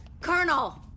Colonel